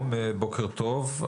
בוקר טוב.